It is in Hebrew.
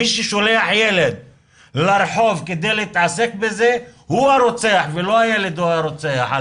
מי ששולח ילד ברחוב כדי להתעסק בזה הוא הרוצח ולא הילד הוא הרוצח.